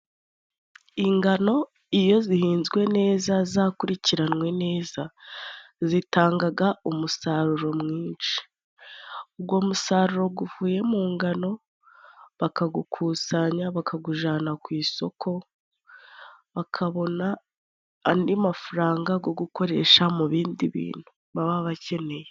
Ingano iyo zihinzwe neza zakurikiranwe neza, zitangaga umusaruro mwinshi. Ugwo musaruro guvuye mu ngano bakagukusanya bakagujana ku isoko, bakabona andi mafaranga ku gukoresha mu bindi bintu baba bakeneye.